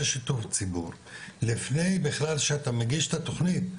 שיתוף ציבור לפני שאתה מגיש את התוכנית,